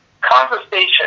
conversation